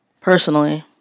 personally